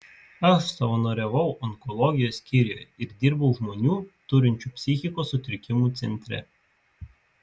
aš savanoriavau onkologijos skyriuje ir dirbau žmonių turinčių psichikos sutrikimų centre